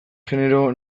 genero